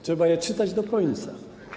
Trzeba je czytać do końca.